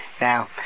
now